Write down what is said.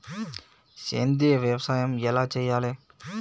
సేంద్రీయ వ్యవసాయం ఎలా చెయ్యాలే?